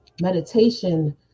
meditation